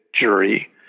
jury